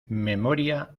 memoria